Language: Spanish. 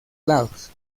lados